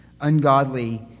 ungodly